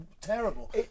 terrible